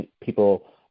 People